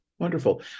Wonderful